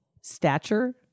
stature